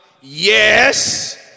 yes